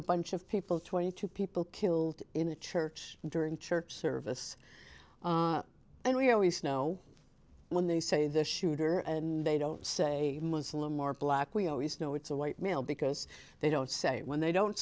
a bunch of people twenty two people killed in a church during a church service and we always know when they say the shooter and they don't say muslim or black we always know it's a white male because they don't say when they don't